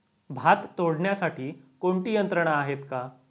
भात तोडण्यासाठी कोणती यंत्रणा आहेत का?